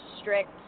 strict